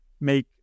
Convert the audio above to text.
make